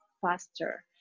faster